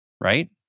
right